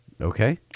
Okay